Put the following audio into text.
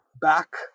Back